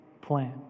plan